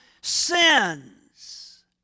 sins